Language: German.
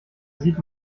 sieht